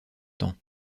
temps